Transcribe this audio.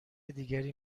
دیگری